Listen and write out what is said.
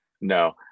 No